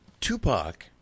Tupac